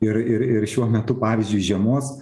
ir ir ir šiuo metu pavyzdžiui žiemos